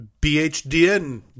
BHDN